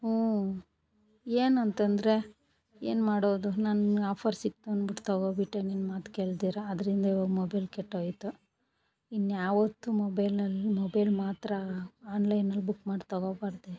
ಹ್ಞೂ ಏನಂತಂದರೆ ಏನು ಮಾಡೋದು ನಂಗೆ ಆಫರ್ ಸಿಕ್ತು ಅಂದ್ಬಿಟ್ಟು ತಗೋಬಿಟ್ಟೆ ನಿನ್ನ ಮಾತು ಕೇಳ್ದಿರ ಅದರಿಂದ ಇವಾಗ ಮೊಬೈಲ್ ಕೆಟ್ಟೋಯಿತು ಇನ್ಯಾವತ್ತು ಮೊಬೈಲಲ್ಲಿ ಮೊಬೈಲ್ ಮಾತ್ರ ಆನ್ಲೈನಲ್ಲಿ ಬುಕ್ ಮಾಡಿ ತಗೊಬಾರದೆ